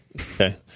Okay